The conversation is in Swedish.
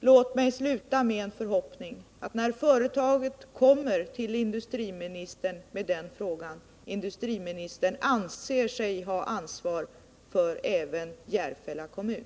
Låt mig sluta med förhoppningen att industriministern, när företaget kommer till honom med den frågan, anser sig ha ansvar även för Järfälla kommun.